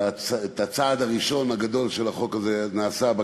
והצעד הראשון הגדול של החוק הזה היו של